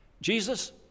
Jesus